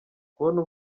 kubona